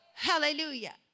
Hallelujah